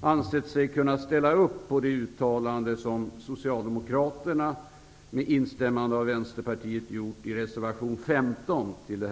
ansett sig kunna ställa upp på det uttalande som Socialdemokraterna med instämmande av Vänsterpartiet gjort i reservation 15 till betänkandet.